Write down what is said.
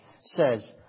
says